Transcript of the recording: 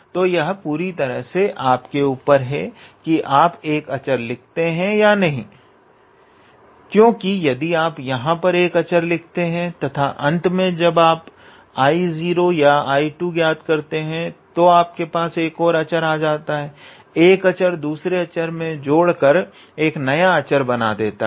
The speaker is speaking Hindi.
तो यह पूरी तरह से आपके ऊपर है कि आप एक अचर लिखते हैं या नहीं क्योंकि यदि आप यहां एक अचर लिखते हैं तथा अंत में जब आप 𝐼0 या 𝐼2 ज्ञात करते हैं तो आपके पास एक और अचर आ जाएगा एक अचर दूसरे अचर में जोड़कर एक नया अचर बना देता है